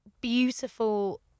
beautiful